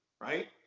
right